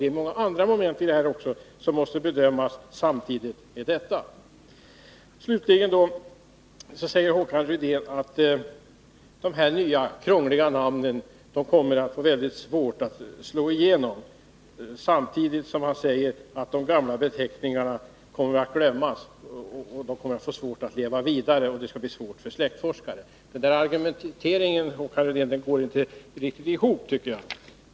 Det finns också många andra moment i detta som måste bedömas samtidigt. Slutligen säger Håkan Rydén att de nya, krångliga namnen kommer att få mycket svårare att slå igenom, samtidigt som han säger att de gamla beteckningarna kommer att glömmas bort och få svårt att leva vidare och att det blir svårt för släktforskare. Den argumenteringen tycker jag inte riktigt går ihop.